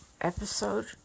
episode